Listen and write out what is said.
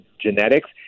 genetics